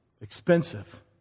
expensive